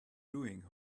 doing